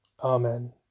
Amen